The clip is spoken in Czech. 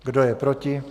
Kdo je proti?